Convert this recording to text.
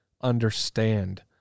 understand